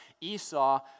Esau